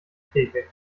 theke